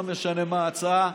לא משנה מה ההצעה,